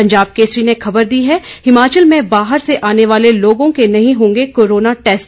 पंजाब केसरी ने खबर दी है हिमाचल में बाहर से आने वाले लोगों के नहीं होंगे कोरोना टैस्ट